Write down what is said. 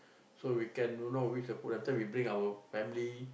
so we can don't know which to put that time we bring our family